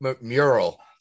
mural